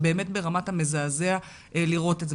זה באמת ברמת המזעזע לראות את זה.